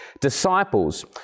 disciples